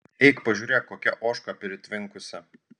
eik pažiūrėk kokia ožka pritvinkusi